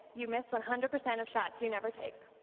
you miss one hundred percent of shots you never take.